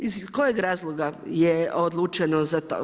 Iz kojeg razloga je odlučeno za to?